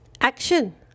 action